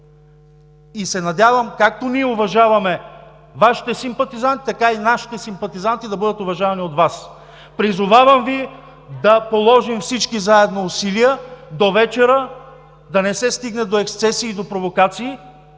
Надявам се, както ние уважаваме Вашите симпатизанти, така и нашите симпатизанти да бъдат уважавани от Вас! Призовавам Ви да положим всички заедно усилия довечера да не се стигне до ексцесии и провокации!